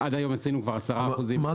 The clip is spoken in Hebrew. ועד היום עשינו כבר 10% --- מה